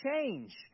change